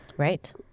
Right